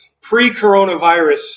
pre-coronavirus